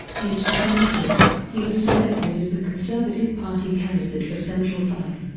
aged twenty six, he was selected as the conservative party candidate for central fife,